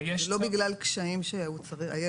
ולא בגלל קשיים שהילד חווה,